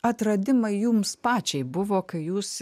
atradimai jums pačiai buvo kai jūs